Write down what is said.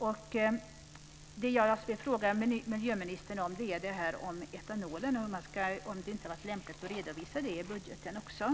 Jag vill fråga miljöministern om ifall det inte hade varit lämpligt att redovisa också detta med etanolen i budgeten.